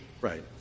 Right